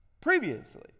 previously